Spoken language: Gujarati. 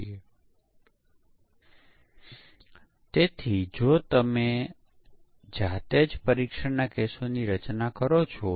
આપણે બ્લેક બોક્સ પરીક્ષણનો મુખ્ય વિચાર જોઇયે